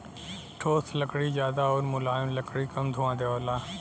ठोस लकड़ी जादा आउर मुलायम लकड़ी कम धुंआ देवला